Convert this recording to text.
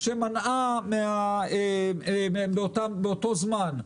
שמנעה את זה באותו זמן.